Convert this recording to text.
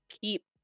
keep